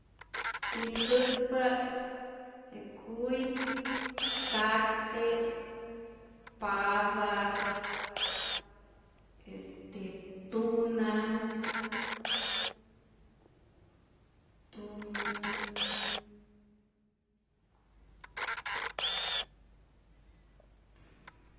Ispäkpa't je kuy kakte, pata'k, este tunas, tunas.